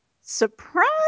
surprise